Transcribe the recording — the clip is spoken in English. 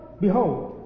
behold